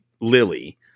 Lily